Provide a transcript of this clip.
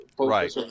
Right